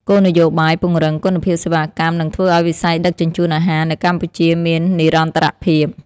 គោលនយោបាយពង្រឹងគុណភាពសេវាកម្មនឹងធ្វើឱ្យវិស័យដឹកជញ្ជូនអាហារនៅកម្ពុជាមាននិរន្តរភាព។